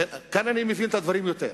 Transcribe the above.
וכאן אני מבין את הדברים יותר,